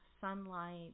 sunlight